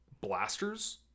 blasters